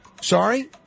Sorry